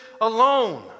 alone